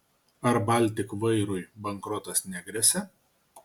ar baltik vairui bankrotas negresia